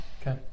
Okay